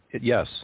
yes